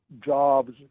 jobs